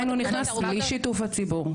ועדיין הוא נכנס בלי שיתוף הציבור.